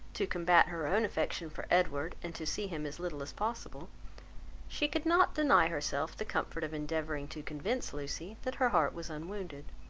to combat her own affection for edward and to see him as little as possible she could not deny herself the comfort of endeavouring to convince lucy that her heart was unwounded.